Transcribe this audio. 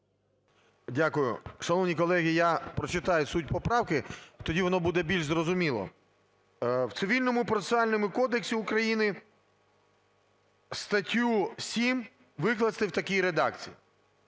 Дякую. Шановні колеги, я прочитаю суть поправки, тоді воно буде більш зрозуміло: "В Цивільному процесуальному кодексі України статтю 7 викласти в такій редакції".